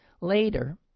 Later